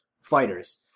fighters